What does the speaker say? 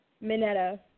Minetta